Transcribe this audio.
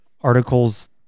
articles